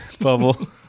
bubble